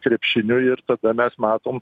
krepšiniu ir tada mes matom